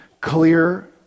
clear